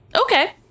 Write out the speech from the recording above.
Okay